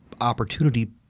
opportunity